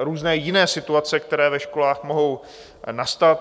různé jiné situace, které ve školách mohou nastat.